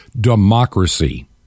democracy